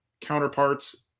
counterparts